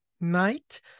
night